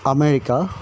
America